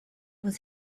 was